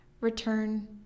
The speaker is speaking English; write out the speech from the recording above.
return